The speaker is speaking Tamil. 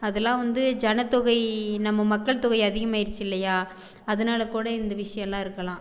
அதலாம் வந்து ஜனத்தொகை நம்ம மக்கள் தொகை அதிகமாயிடுச்சி இல்லையா அதனாலக்கூட இந்த விஷயல்லாம் இருக்கலாம்